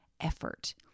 effort